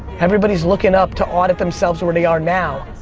everybody's looking up to audit themselves where they are now.